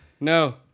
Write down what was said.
No